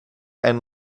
and